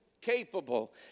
capable